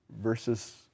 versus